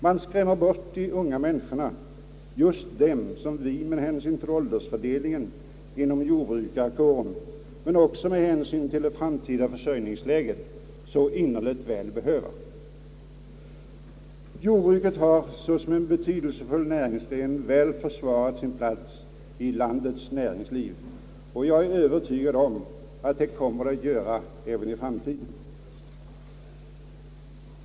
Man skrämmer bort de unga människorna, just dem som vi med hänsyn till åldersfördelningen inom jordbrukarkåren men också med hänsyn till det framtida försörjningsläget så innerligt väl behöver. Jordbruket har såsom en betydelsefull näringsgren väl försvarat sin plats i landets näringsliv, och jag är övertygad om att det kommer att göra det även i framtiden.